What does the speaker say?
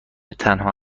تنها